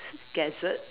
gazette